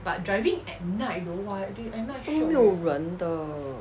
都没有人的